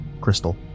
Crystal